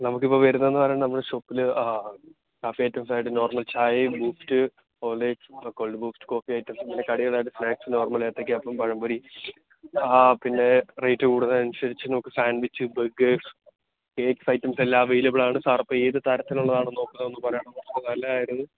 നമുക്കിപ്പോള് വരൂന്നേന്ന് പറയുന്ന നമ്മുടെ ഷോപ്പില് കാപ്പി ഐറ്റംസായിട്ട് നോർമൽ ചായയും Boost Horlicks Boost coffee items പിന്നെ കടികളായിട്ട് സ്നാക്സ് നോർമൽ ഏത്തയ്ക്കാപ്പം പഴംപൊരി പിന്നെ റേറ്റ് കൂടുന്നതിനുസരിച്ച് നമുക്ക് സാൻഡ്വിച്ച് ബർഗേഴ്സ് കേക്ക് ഐറ്റംസെല്ലാം അവൈലബിളാണ് സാറപ്പോള് ഏത് തരത്തിലുള്ളതാണ് നോക്കുന്നേന്ന് പറയാമോ നല്ലതായിരുന്നു